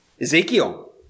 Ezekiel